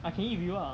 I can eat with you ah